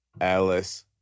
Alice